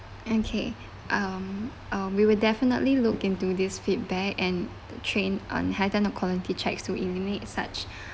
okay um uh we will definitely look into this feedback and train and heightened a quality checks to eliminate such